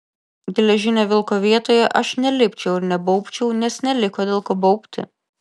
geležinio vilko vietoje aš nelipčiau ir nebaubčiau nes neliko dėl ko baubti